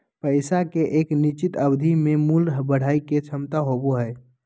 पैसा के एक निश्चित अवधि में मूल्य बढ़य के क्षमता होबो हइ